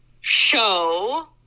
show